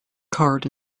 card